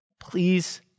Please